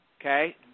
okay